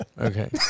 Okay